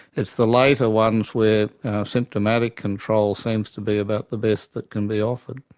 it's the later ones where symptomatic control seems to be about the best that can be offered.